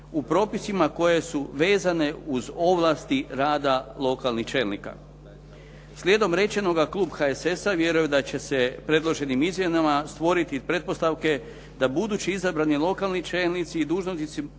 u propisima koje su vezane uz ovlasti rada lokalnih čelnika. Slijedom rečenoga klub HSS-a vjeruje da će se predloženim izmjenama stvoriti pretpostavke da budući izabrani lokalni čelnici i dužnosnici